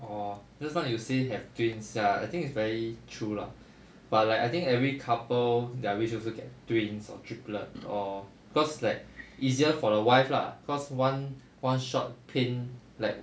orh just now you say have twins ya I think is very true lah but like I think every couple their wish also get twins or triplets or cause like easier for the wife lah cause one one short pain like